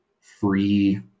free